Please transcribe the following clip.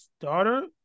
daughter